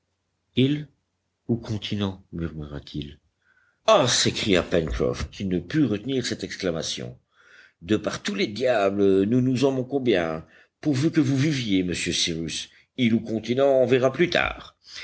ou continent murmura-t-il ah s'écria pencroff qui ne put retenir cette exclamation de par tous les diables nous nous en moquons bien pourvu que vous viviez monsieur cyrus île ou continent on verra plus tard